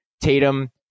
Tatum